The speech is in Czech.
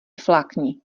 flákni